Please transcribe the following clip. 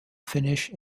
finish